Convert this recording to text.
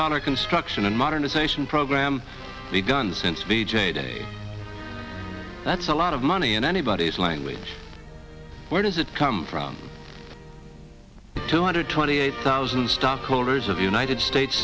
dollar construction and modernization program begun since v j day that's a lot of money in anybody's language where does it come from two hundred twenty eight thousand stockholders of united states